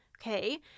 okay